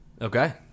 Okay